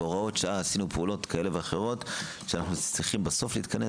בהוראות שעה עשינו פעולות כאלה ואחרות שאנחנו צריכים בסוף להתכנס